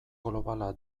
globala